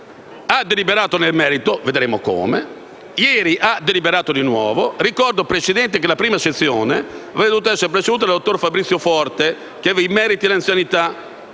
Ha deliberato nel merito - vedremo come - e ieri ha deliberato di nuovo. Ricordo, Presidente, che la prima sezione avrebbe dovuto essere presieduta dal dottor Fabrizio Forte, che aveva i meriti di anzianità,